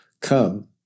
come